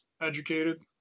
educated